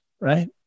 right